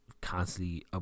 Constantly